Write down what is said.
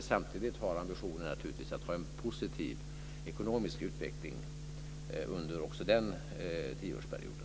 Samtidigt har vi naturligtvis ambitionen att ha en positiv ekonomisk utveckling också under den tioårsperioden.